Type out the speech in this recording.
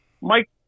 Mike